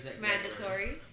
mandatory